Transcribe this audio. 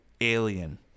Alien